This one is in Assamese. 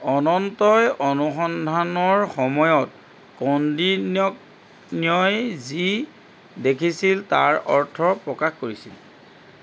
অনন্তই অনুসন্ধানৰ সময়ত কৌন্দিন্যক ন্য়য় যি দেখিছিল তাৰ অৰ্থ প্ৰকাশ কৰিছিল